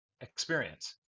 experience